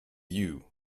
you